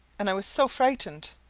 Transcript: and i was so frightened!